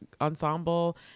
ensemble